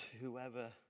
whoever